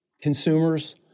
consumers